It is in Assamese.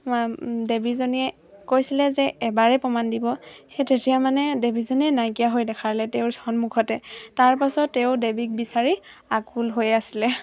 দেৱীজনীয়ে কৈছিলে যে এবাৰেই প্ৰমাণ দিব সেই তেতিয়া মানে দেৱীজনীয়ে নাইকিয়া হৈ দেখালে তেওঁৰ সন্মুখতে তাৰপাছত তেওঁ দেৱীক বিচাৰি আকুল হৈ আছিলে